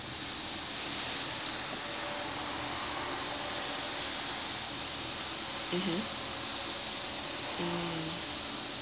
mmhmm